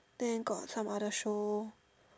then got some other show